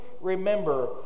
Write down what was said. remember